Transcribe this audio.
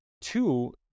Two